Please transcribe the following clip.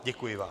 Děkuji vám.